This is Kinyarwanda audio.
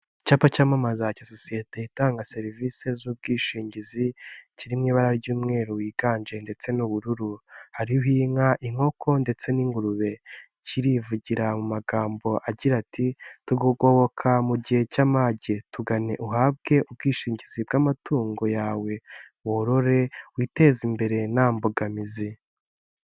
Icyapa cyamamaza cya sosiyete itanga serivisi z'ubwishingizi kiri mu ibara ry'umweru wiganje ndetse n'ubururu hariho inka, inkoko ndetse n'ingurube kirivugira mu magambo agira ati tukugoboka mu gihe cy'amage, tugane uhabwe ubwishingizi bw'amatungo yawe worore witeze imbere nta mbogamizi.